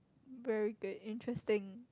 very good interesting